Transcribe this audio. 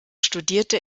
studierte